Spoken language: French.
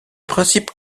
principes